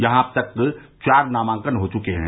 यहां अब तक चार नामांकन हो चुके हैं